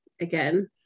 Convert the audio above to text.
again